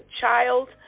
child